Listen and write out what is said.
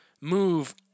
move